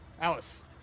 Alice